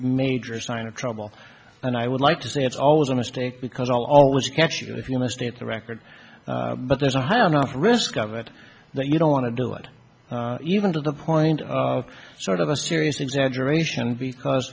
major sign of trouble and i would like to say it's always a mistake because i'll always catch it if you missed it the record but there's a high enough risk of it that you don't want to do it even to the point of sort of a serious exaggeration because